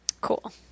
Cool